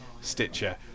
Stitcher